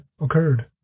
occurred